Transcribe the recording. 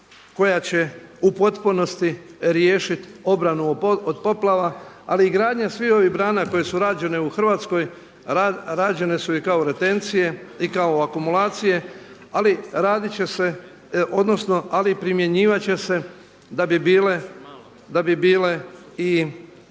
koja će u potpunosti riješiti obranu od poplava ali i gradnja sviju ovih brana koje su rađene u Hrvatskoj rađene su i kao retencije i kao akumulacije ali radit će se odnosno ali i